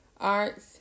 arts